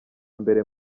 mbere